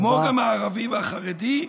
כמו גם הערבי והחרדי.